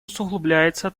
усугубляется